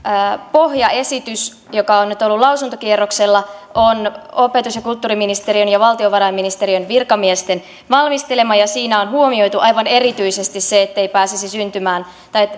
pohjaesitys joka on nyt ollut lausuntokierroksella on opetus ja kulttuuriministeriön ja valtiovarainministeriön virkamiesten valmistelema ja siinä on huomioitu aivan erityisesti se ettei pääsisi syntymään